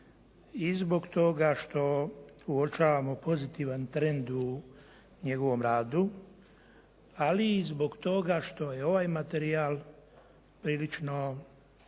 i zbog toga što uočavamo pozitivan trend u njegovom radu, ali i zbog toga što je ovaj materijal prilično